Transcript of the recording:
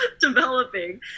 developing